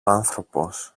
άνθρωπος